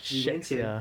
几年前